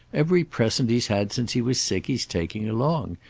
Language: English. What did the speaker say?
every present he's had since he was sick he's taking along.